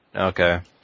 Okay